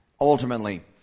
ultimately